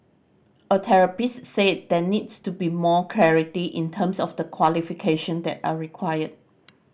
a therapist said there needs to be more clarity in terms of the qualification that are required